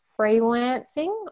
freelancing